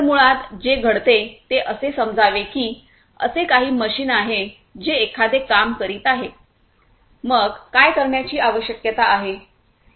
तर मुळात जे घडते ते असे समजावे की असे काही मशीन आहे जे एखादे काम करीत आहे मग काय करण्याची आवश्यकता आहे